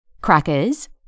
Crackers